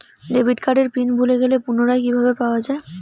Debit কার্ডের PIN ভুলে গেলে পুনরায় কিভাবে পাওয়া য়ায়?